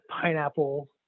pineapple